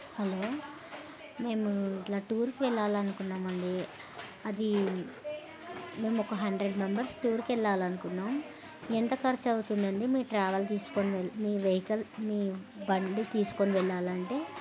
hello మేము ఇట్లా టూర్కి వెళ్ళాలి అనుకున్నామండి అది మేము ఒక హండ్రెడ్ మెంబర్స్ టూర్కి వెళ్ళాలనుకున్నాం ఎంత ఖర్చు అవుతుందండి మీ ట్రావెల్ తీసుకొని మీ వెహికల్ మీ బండి తీసుకొని వెళ్లాలంటే